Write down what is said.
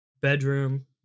bedroom